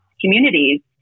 communities